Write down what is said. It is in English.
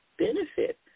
benefit